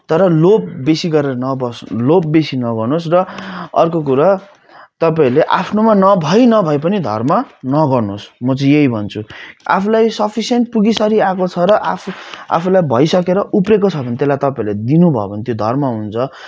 तर लोभ बेसी गरेर नबस लोभ बेसी नगर्नु होस् र अर्को कुरा तपाईँहरूले आफ्नोमा नभई नभई पनि धर्म नगर्नु होस् म चाहिँ यही भन्छु आफूलाई सफिसेन्ट पुगीसरी आएको छ र आफू आफूलाई भइसकेर उब्रिएको छ भने त्यसलाई तपाईँहरूले दिनु भयो भने त्यो धर्म हुन्छ